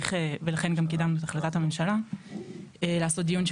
ולכן גם קידמנו את החלטת הממשלה לעשות דיון שהוא